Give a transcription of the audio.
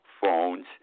phones